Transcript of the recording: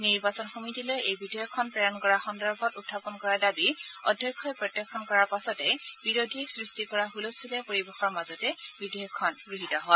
নিৰ্বাচন সমিতিলৈ এই বিধেয়কখন প্ৰেৰণ কৰা সন্দৰ্ভত উখাপন কৰা দাবী অধ্যক্ষই প্ৰত্যাখ্যান কৰাৰ পাছতেই বিৰোধীয়ে সৃষ্টি কৰা হুলস্থূলীয়া পৰিবেশৰ মাজতে বিধেয়কখন গৃহীত হয়